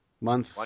month